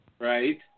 Right